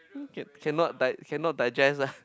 um cannot di~ cannot digest ah